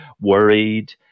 worried